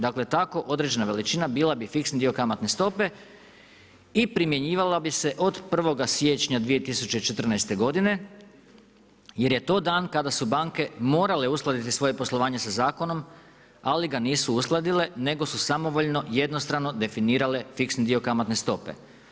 Dakle, tako određena veličina, bila bi fiksni dio kamatne stope i primjenjivala bi se od 1. siječnja 2014. godine, jer je to dan kada su banke morale uskladiti svoje poslovanje sa zakonom, ali ga nisu uskladile, nego su samovoljno, jednostrano definirale fiksni dio kamatne stope.